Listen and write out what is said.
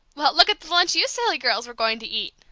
well, look at the lunch you silly girls were going to eat!